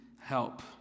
help